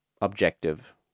objective